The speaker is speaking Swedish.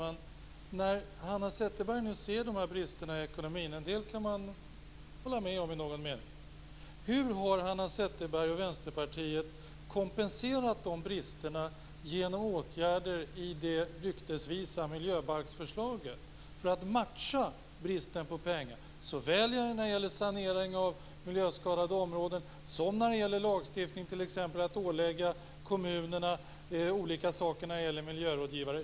När Hanna Zetterberg nu ser bristerna i ekonomin - en del kan man hålla med om i någon mening - hur har Hanna Zetterberg och Vänsterpartiet kompenserat detta genom åtgärder i det ryktesvisa miljöbalksförslaget för att matcha bristen på pengar? Det gäller såväl saneringen av miljöskadade områden som lagstiftning t.ex. för att ålägga kommunerna olika saker när det gäller miljörådgivare?